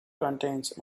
contains